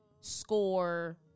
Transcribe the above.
score